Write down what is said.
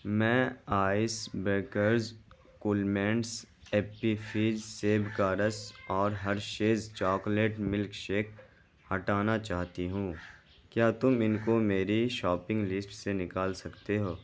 میں Ice Breakers cool mints Appy Fizz سیب کا رس اور ہرشیز چاکلیٹ ملک شیک ہٹانا چاہتی ہوں کیا تم ان کو میری شاپنگ لسٹ سے نکال سکتے ہو